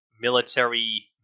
military